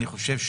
אני חושב,